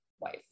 wife